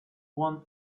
want